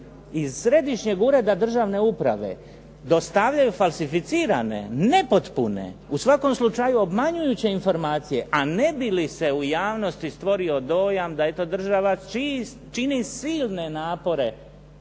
iz Središnjeg ureda državne uprave dostavljaju falsificirane nepotpune, u svakom slučaju obmanjujuće informacije a ne bi li se u javnosti stvorio dojam da eto država čini silne napore